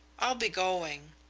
i'll be going.